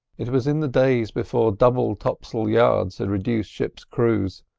it was in the days before double topsail yards had reduced ships' crews,